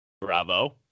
bravo